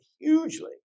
hugely